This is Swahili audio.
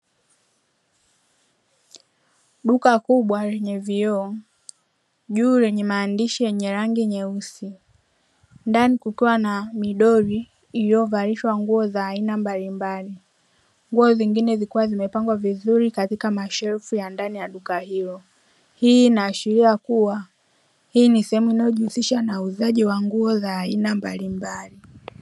Duka kubwa lenye vioo yule ni maandishi yenye rangi nyeusi ndani kukiwa na midori iliyovalishwa nguo za aina mbalimbali, nguo zingine zilikuwa zimepangwa vizuri katika masherufu ya ndani ya lugha hiyo, hii inaashiria kuwa hii ni sehemu inayojihusisha na uuzaji wa nguo za aina mbalimbali.